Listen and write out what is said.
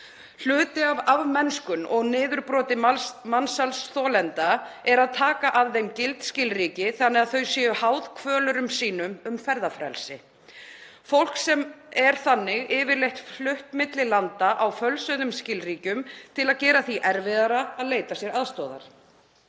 Hluti af afmennskun og niðurbroti mansalsþolenda er að taka af þeim gild skilríki þannig að þau séu háð kvölurum sínum um ferðafrelsi. Fólk er þannig yfirleitt flutt milli landa á fölsuðum skilríkjum til að gera því erfiðara að leita sér aðstoðar.